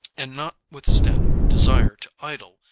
and notwithstanding your desire to idle,